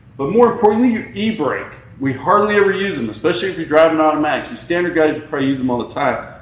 but more importantly your e-brake. we hardly ever use them especially if you're driving automatics you standard guys if i use them all the time.